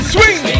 Swing